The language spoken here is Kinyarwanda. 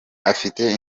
afite